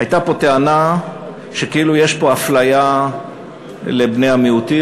הייתה פה טענה שכאילו יש פה אפליה של בני המיעוטים,